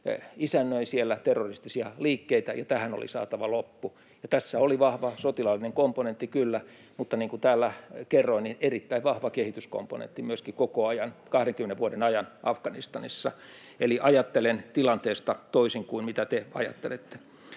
isännöi siellä terroristisia liikkeitä, ja tähän oli saatava loppu. Tässä oli vahva sotilaallinen komponentti, kyllä, mutta niin kuin täällä kerroin, erittäin vahva kehityskomponentti oli myöskin koko ajan, 20 vuoden ajan, Afganistanissa. Eli ajattelen tilanteesta toisin kuin miten te ajattelette.